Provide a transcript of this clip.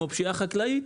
כמו פשיעה חקלאית,